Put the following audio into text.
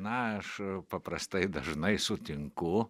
na aš paprastai dažnai sutinku